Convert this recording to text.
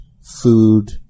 food